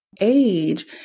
age